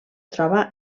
troba